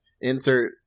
Insert